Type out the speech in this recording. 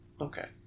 Okay